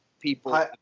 people